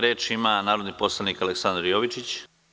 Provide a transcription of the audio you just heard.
Reč ima narodni poslanik Aleksandar Jovičić.